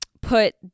put